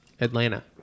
Atlanta